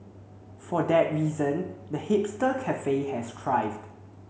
for that reason the hipster cafe has thrived